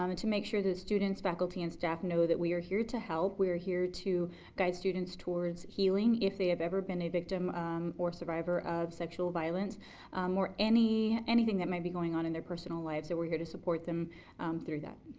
um and to make sure that students, faculty and staff know that we are here to help. we are here to guide students toward healing if they have ever been a victim or survivor of sexual violence or anything that might be going on in their personal lives, we're here to support them through that.